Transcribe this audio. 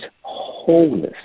wholeness